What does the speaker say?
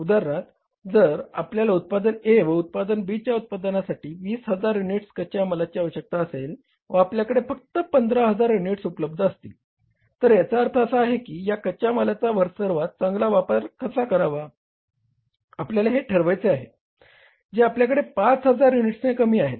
उदाहरणार्थ जर आपल्याला उत्पादन A व उत्पादन B च्या उत्पादनासाठी 20000 युनिट्स कच्या मालाची आवश्यकता असेल व आपल्याकडे फक्त 15000 युनिट्स उपलब्ध असतील तर याचा अर्थ असा आहे की या कच्च्या मालाचा सर्वात चांगला वापर कसा करावा हे आपल्याला ठरवायचे आहे जे आपल्याकडे 5000 युनिट्सने कमी आहेत